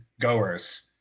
goers